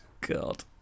God